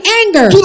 anger